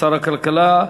שר הכלכלה,